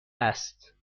است